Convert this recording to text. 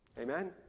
Amen